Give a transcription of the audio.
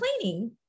complaining